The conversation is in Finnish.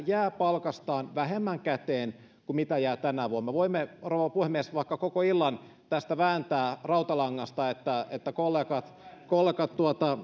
jää palkastaan vähemmän käteen kuin jää tänä vuonna me voimme rouva puhemies vaikka koko illan tätä vääntää rautalangasta että että me kollegat